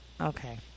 Okay